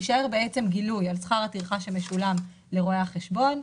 יישאר גילוי על שכר הטרחה שמשולם לרואה החשבון,